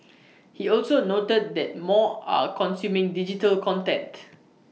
he also noted that more are consuming digital content